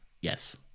Yes